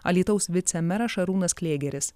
alytaus vicemeras šarūnas klėgeris